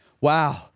Wow